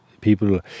people